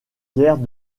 guerres